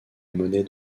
monnaie